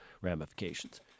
ramifications